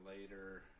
later